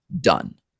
done